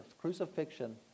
Crucifixion